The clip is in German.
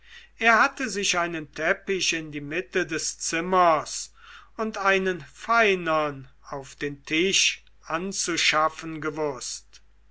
er hatte sich einen teppich in die mitte des zimmers und einen feinern auf den tisch anzuschaffen gewußt